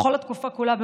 בכל התקופה כולה,